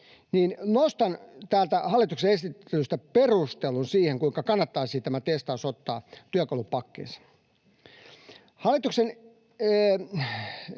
täältä hallituksen esityksestä perustelun siihen, kuinka kannattaisi tämä testaus ottaa työkalupakkiin.